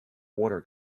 water